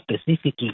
specifically